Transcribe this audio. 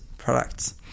products